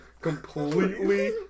Completely